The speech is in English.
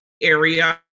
area